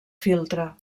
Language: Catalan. filtre